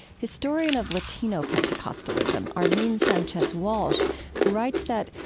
historian of latino pentecostalism arlene sanchez walsh writes that,